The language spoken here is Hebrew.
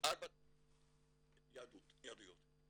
ארבע יהדויות,